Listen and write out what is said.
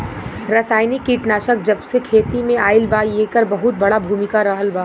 रासायनिक कीटनाशक जबसे खेती में आईल बा येकर बहुत बड़ा भूमिका रहलबा